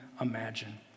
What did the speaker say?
imagine